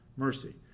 mercy